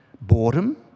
Boredom